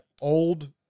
old